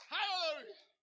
Hallelujah